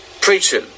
preaching